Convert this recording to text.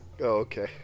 okay